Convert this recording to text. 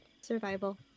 Survival